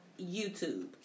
YouTube